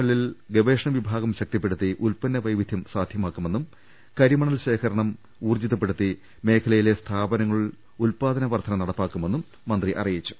എല്ലിൽ ഗവേഷണ വിഭാഗം ശക്തിപ്പെടുത്തി ഉത്പന്ന വൈവിധൃം സാധ്യമാക്കുമെന്നും കരിമണൽ ശേഖരണം ഊൌർജ്ജിതപ്പെടുത്തി മേഖലയിലെ സ്ഥാപനങ്ങളുടെ ഉദ്പാദനവർധനവ് ഉറപ്പാക്കുമെന്നും അദ്ദേഹം പറഞ്ഞു